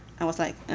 i was like,